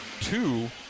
two